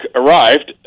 arrived